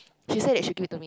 she said she will give it to me